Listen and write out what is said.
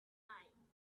time